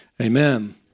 Amen